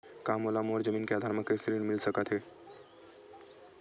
का मोला मोर जमीन के आधार म कृषि ऋण मिल सकत हे?